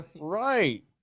right